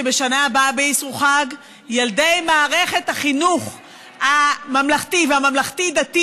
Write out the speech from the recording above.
שבשנה הבאה באסרו חג ילדי מערכת החינוך הממלכתי והממלכתי-דתי